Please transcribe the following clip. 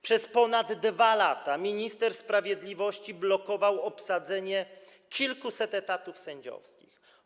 Przez ponad 2 lata minister sprawiedliwości blokował obsadzenie kilkuset etatów sędziowskich.